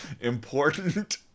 important